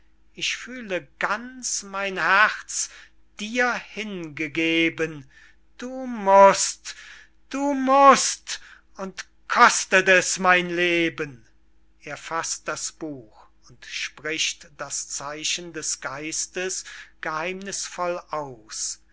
ich fühle ganz mein herz dir hingegeben du mußt du mußt und kostet es mein leben er faßt das buch und spricht das zeichen des geistes geheimnißvoll aus